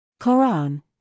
Quran